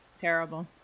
terrible